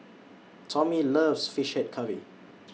Tommie loves Fish Head Curry